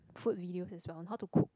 food videos as well how to cook